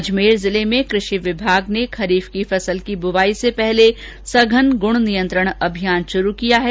अजमेर जिले में कृषि विभाग ने खरीफ की फसल की बुवाई से पूर्व सघन गुण नियंत्रण अभियान शुरू किया है